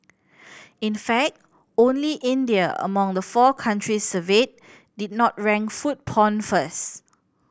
in fact only India among the four countries surveyed did not rank food porn first